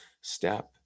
step